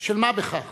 של מה בכך